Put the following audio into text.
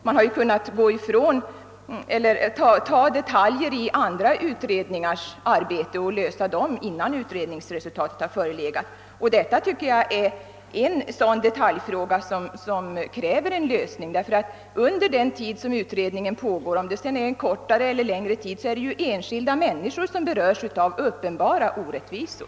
Det har förekommit att man kunnat bryta ut detaljer ur andra utredningars arbete och lösa dessa innan utredningsresultatet förelegat, och jag tycker att den aktuella frågan är av sådan karaktär att den kräver en sådan detaljlösning. Under den tid — kortare eller längre — som utredningsarbetet pågår kommer nämligen människor att drabbas av uppenbara orättvisor.